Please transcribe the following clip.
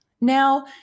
Now